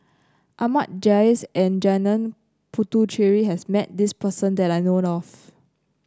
Ahmad Jais and Janil Puthucheary has met this person that I know of